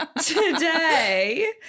today